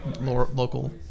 local